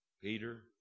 Peter